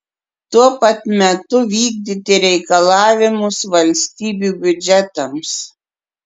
tuo pat metu vykdyti reikalavimus valstybių biudžetams